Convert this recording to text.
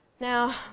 now